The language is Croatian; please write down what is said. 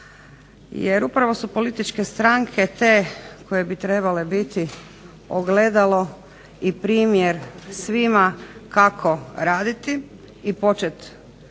Jer upravo su političke stranke te koje bi trebale biti ogledalo i primjer svima kako raditi i početi